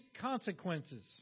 consequences